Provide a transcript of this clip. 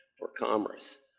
for commerce.